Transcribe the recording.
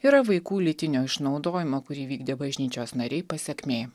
yra vaikų lytinio išnaudojimo kurį įvykdė bažnyčios nariai pasekmė